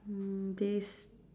mm this